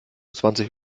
zwanzig